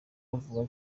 avuga